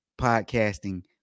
podcasting